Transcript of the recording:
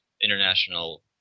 international